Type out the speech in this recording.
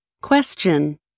Question